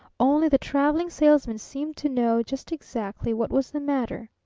only the traveling salesman seemed to know just exactly what was the matter.